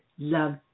love